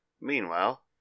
Meanwhile